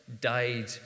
died